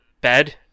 bed